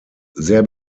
sehr